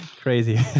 Crazy